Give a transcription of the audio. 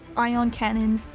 ion cannons,